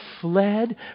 fled